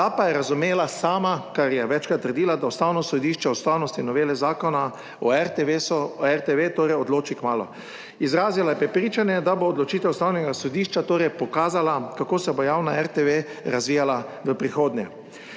Da pa je razumela sama, kar je večkrat trdila, da Ustavno sodišče o ustavnosti Novele Zakona o RTV torej odloči kmalu. Izrazila je prepričanje, da bo odločitev Ustavnega sodišča torej pokazala, kako se bo javna RTV razvijala v prihodnje.